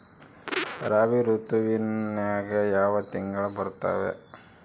ರಾಬಿ ಋತುವಿನ್ಯಾಗ ಯಾವ ತಿಂಗಳು ಬರ್ತಾವೆ?